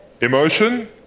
Emotion